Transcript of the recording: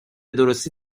درستی